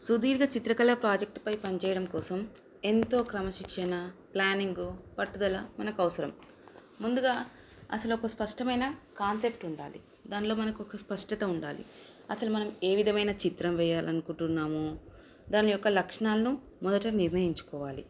సుదీర్ఘ చిత్రకళ ప్రాజెక్టుపై పనిచేయడం కోసం ఎంతో క్రమశిక్షణ ప్లానింగు పట్టుదల మనకు అవసరం ముందుగా అసలు ఒక స్పష్టమైన కాన్సెప్ట్ ఉండాలి దానిలో మనకు ఒక స్పష్టత ఉండాలి అసలు మనం ఏ విధమైన చిత్రం వేయాలనుకుంటున్నామో దాని యొక్క లక్షణాలను మొదట నిర్ణయించుకోవాలి